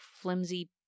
flimsy